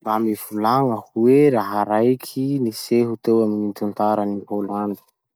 Mba mivolagna hoe raha raiky niseho teo amy gny tantaran'i Holandy?